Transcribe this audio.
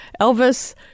elvis